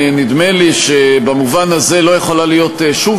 נדמה לי שבמובן הזה לא יכולה להיות שוב